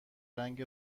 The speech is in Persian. رنگ